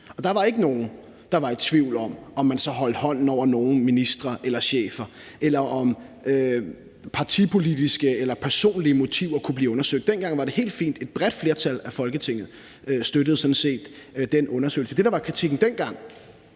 der var ikke nogen, der var i tvivl om, om man så holdt hånden over nogen ministre eller chefer, eller om partipolitiske eller personlige motiver kunne blive undersøgt. Dengang var det helt fint. Et bredt flertal af Folketinget støttede sådan set den undersøgelse. Det, der var kritikken dengang,